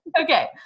Okay